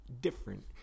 different